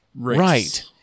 Right